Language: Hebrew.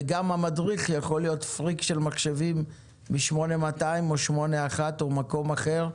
וגם המדריך יכול להיות פריק של מחשבים מ-8200 או 81 או מקום אחר,